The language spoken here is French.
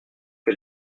que